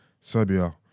Serbia